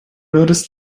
notice